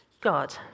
God